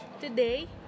Today